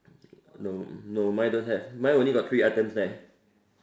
no no mine don't have mine only have three items there